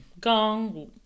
gong